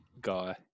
guy